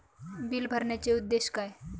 Bill भरण्याचे उद्देश काय?